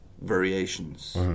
variations